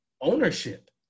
ownership